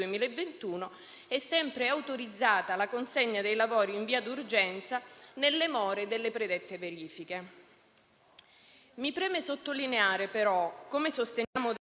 2021, è sempre autorizzata la consegna dei lavori in via d'urgenza nelle more delle predette verifiche.